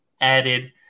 added